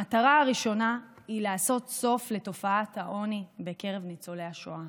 המטרה הראשונה היא לעשות סוף לתופעת העוני בקרב ניצולי השואה.